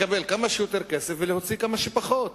לקבל כמה שיותר כסף ולהוציא כמה שפחות.